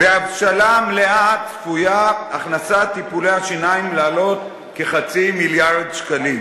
בהבשלה מלאה צפויה הכנסת טיפולי השיניים לעלות כחצי מיליון שקלים.